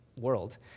world